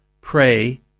pray